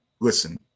Listen